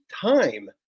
time